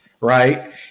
right